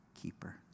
keeper